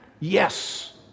Yes